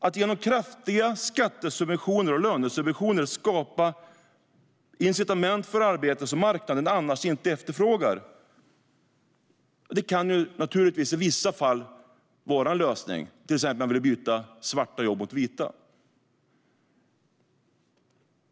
Att genom kraftiga skattesubventioner och lönesubventioner skapa incitament för arbeten som marknaden annars inte efterfrågar kan naturligtvis i vissa fall vara en lösning, till exempel när man vill byta svarta jobb mot vita.